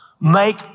make